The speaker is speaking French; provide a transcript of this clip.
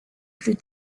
plus